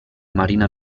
marina